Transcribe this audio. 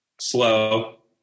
slow